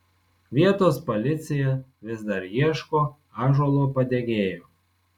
vietos policija vis dar ieško ąžuolo padegėjo